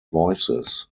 voices